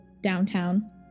downtown